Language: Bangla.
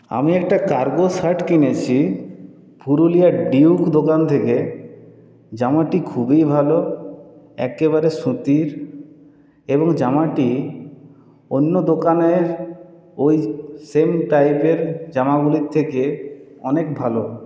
আমি একটা কার্গো শার্ট কিনেছি পুরুলিয়ার ডিউক দোকান থেকে জামাটি খুবই ভালো একেবারে সুতির এবং জামাটি অন্য দোকানের ওই সেম টাইপের জামাগুলির থেকে অনেক ভালো